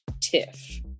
TIFF